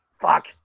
Fuck